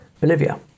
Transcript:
Bolivia